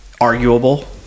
Arguable